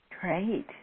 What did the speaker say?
Great